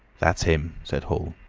that's him! said hall.